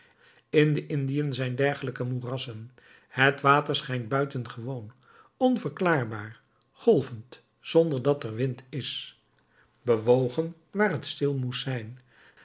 in de indiën zijn dergelijke moerassen het water schijnt buitengewoon onverklaarbaar golvend zonder dat er wind is bewogen waar het stil moest zijn